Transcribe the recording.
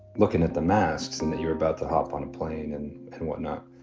looking at the masks and that you were about to hop on a plane and and what not.